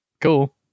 cool